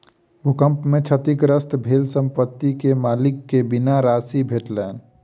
भूकंप में क्षतिग्रस्त भेल संपत्ति के मालिक के बीमा राशि भेटलैन